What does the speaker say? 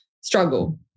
struggle